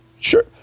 Sure